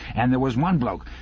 and there was one bloke